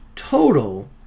Total